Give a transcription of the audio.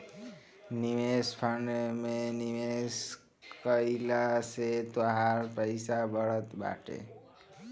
निवेश फंड में निवेश कइला से तोहार पईसा बढ़त बाटे